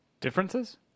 Differences